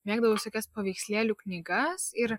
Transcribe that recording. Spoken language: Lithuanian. mėgdavau visokias paveikslėlių knygas ir